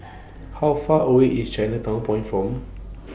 How Far away IS Chinatown Point from